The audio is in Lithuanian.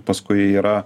paskui yra